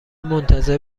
منتظر